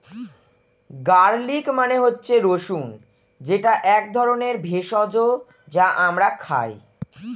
garlic মানে হচ্ছে রসুন যেটা এক ধরনের ভেষজ যা আমরা খাই